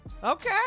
okay